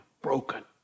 broken